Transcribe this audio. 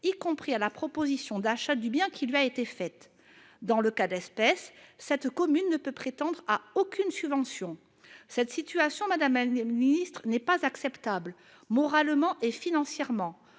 y compris à la proposition d'achat du bien qui lui a été faite. Dans le cas d'espèce, Bonson ne peut prétendre à aucune subvention. Une telle situation n'est pas acceptable, moralement et financièrement.